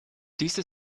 diese